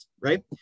right